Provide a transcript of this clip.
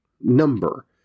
number